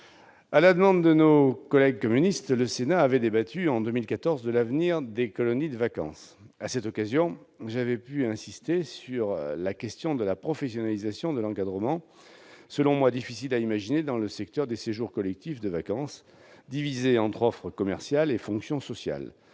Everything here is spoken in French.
À la demande de nos collègues communistes, le Sénat avait débattu en 2014 de l'avenir des colonies de vacances. À cette occasion, j'avais pu insister sur la question de la professionnalisation de l'encadrement, selon moi difficile à imaginer, dans le secteur des séjours collectifs de vacances, divisé entre offre commerciale et fonction sociale,